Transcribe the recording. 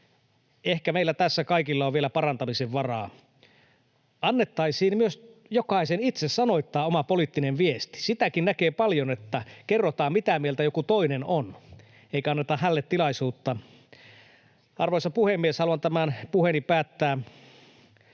Ehkä meillä kaikilla on tässä vielä parantamisen varaa. Annettaisiin myös jokaisen itse sanoittaa oma poliittinen viesti. Sitäkin näkee paljon, että kerrotaan, mitä mieltä joku toinen on, eikä anneta hänelle tilaisuutta. Arvoisa puhemies! Haluan tämän puheeni päättää